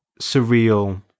surreal